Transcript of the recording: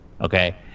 okay